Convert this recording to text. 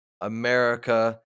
America